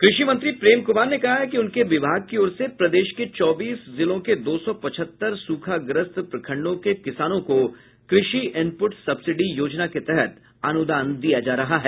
कृषि मंत्री प्रेम कुमार ने कहा है कि उनके विभाग की ओर से प्रदेश के चौबीस जिलों के दो सौ पचहत्तर सूखाग्रस्त प्रखंडों के किसानों को कृषि इनपुट सब्सिडी योजना के तहत् अनुदान दिया जा रहा है